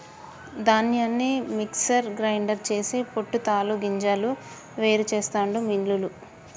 ధాన్యాన్ని mixer grinder చేసి పొట్టు తాలు గింజలు వేరు చెస్తాండు మిల్లులల్ల